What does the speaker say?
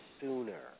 sooner